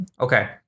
Okay